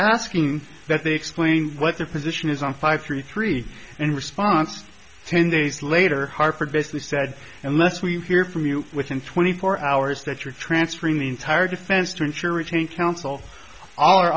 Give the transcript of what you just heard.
asking that they explain what their position is on five three three and response ten days later harford basically said unless we hear from you within twenty four hours that you're transferring the entire defense to ensure a chain coun